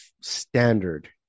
standard